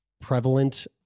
prevalent